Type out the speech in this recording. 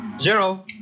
Zero